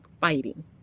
fighting